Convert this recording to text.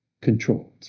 controlled